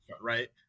right